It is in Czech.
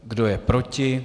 Kdo je proti?